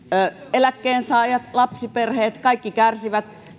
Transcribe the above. eläkkeensaajat lapsiperheet kaikki kärsivät